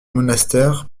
monastères